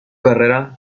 carrera